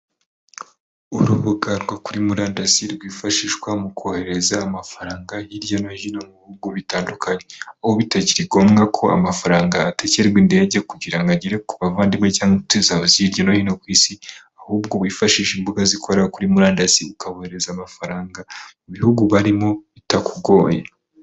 Urubuga rwo kuri murandasi rwifashishwa mu kohereza amafaranga hirya no hino mu bihugu bitandukanye, aho bitakiri ngombwa ko amafaranga ategerwa indege kugira ngo agere ku bavandimwe cyangwa incuti zawe ziri hirya no hino ku isi, ahubwo wifashisha imbuga zikorera kuri murandasi ukabohereza amafaranga mu bihugu barimo bitakugoye.